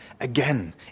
again